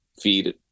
feed